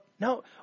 No